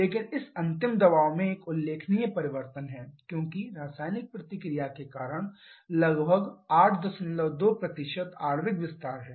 लेकिन इस अंतिम दबाव में एक उल्लेखनीय परिवर्तन है क्योंकि रासायनिक प्रतिक्रिया के कारण लगभग 82 आणविक विस्तार है